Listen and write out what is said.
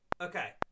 Okay